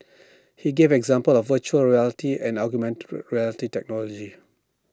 he gave example of Virtual Reality and augmented reality technology